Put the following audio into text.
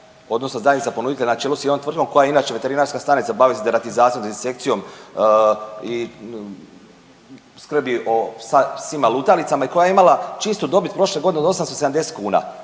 odnosno zajednica ponuditelja na čelu s jednom tvrtkom koja je inače veterinarska stanica, bavi se deratizacijom, dezinsekcijom i skrbi o psima lutalicama i koja je imala čistu dobit prošle godine od 870 kuna.